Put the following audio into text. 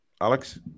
Alex